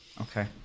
Okay